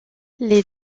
les